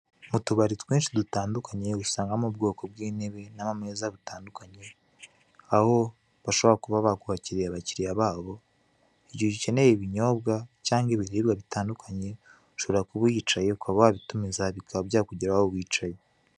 Utubari twinshi dutandukanye usangamo ubwoko bw'intebe, n'amameza butanduknye aho bashobora kuba bakwakiriye abakiriya babo, igihe ugikeneye ibinyobwa cyangwa ibiribwa bitandukanye ushobora kuba uhicaye ukaba wabitumiza bikaba byakugeraho aho wicaye.